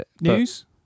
News